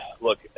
look